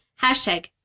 Hashtag